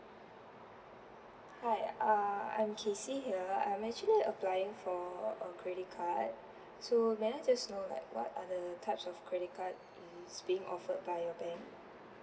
Hi uh I'm casey here I'm actually applying for a credit card so may I just know like what are the types of credit card is being offered by your bank